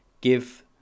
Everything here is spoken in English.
give